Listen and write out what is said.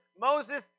Moses